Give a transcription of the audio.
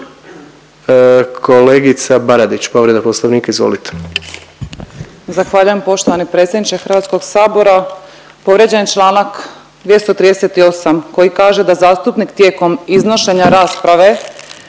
Kolegica Baradić, povreda Poslovnika. Izvolite.